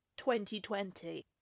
2020